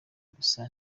gusa